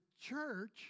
church